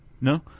No